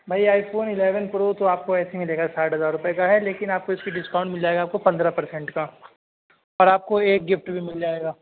بھائی iPhone eleven pro تو آپ کو ایسے ہی مِلے گا ساٹھ ہزار روپے کا ہے لیکن آپ اِس کی ڈسکاؤنٹ مِل جائے گا آپ کو پندرہ پرسینٹ کا اور آپ کو ایک گفٹ بھی مِل جائے گا